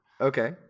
Okay